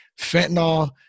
fentanyl